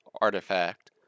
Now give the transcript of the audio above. artifact